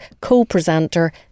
co-presenter